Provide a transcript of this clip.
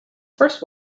first